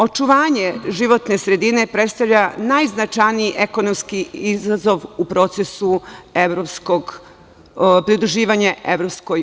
Očuvanje životne sredine predstavlja najznačajniji ekonomski izazov u procesu pridruživanja EU.